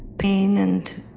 pain and